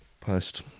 Post